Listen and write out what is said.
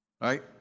Right